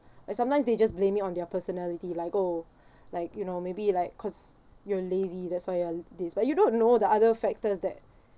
like sometimes they just blame it on their personality like oh like you know maybe like cause you're lazy that's why you're this but you don't know the other factors that